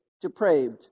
depraved